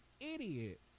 idiot